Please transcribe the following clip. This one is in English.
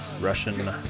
Russian